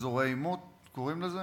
אזורי עימות קוראים לזה?